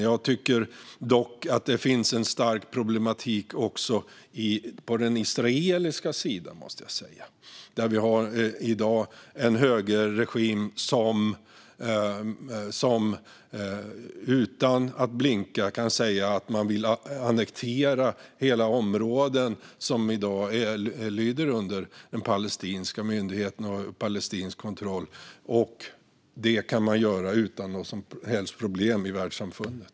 Jag tycker dock att det finns en stark problematik också på den israeliska sidan, där vi i dag har en högerregim som utan att blinka kan säga att man vill annektera hela områden som i dag lyder under den palestinska myndigheten och som är under palestinsk kontroll. Detta kan man göra utan några som helst problem i världssamfundet.